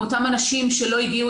עם אותם אנשים שלא הגיעו,